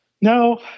No